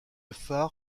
phare